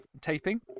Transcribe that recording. taping